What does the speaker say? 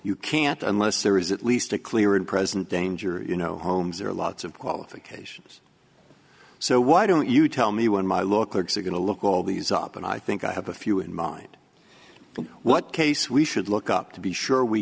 you can't unless there is at least a clear and present danger you know homes there are lots of qualifications so why don't you tell me when my look are going to look all these up and i think i have a few in mind what case we should look up to be sure we